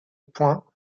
points